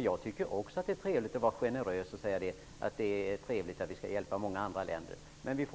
Jag tycker också att det är trevligt att vara generös och kunna hjälpa många andra länder. Men